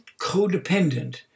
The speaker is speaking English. codependent